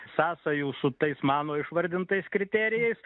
sąsajų su tais mano išvardintais kriterijais